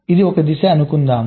ఇది ఒక దిశ అని అనుకుందాం